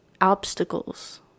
obstacles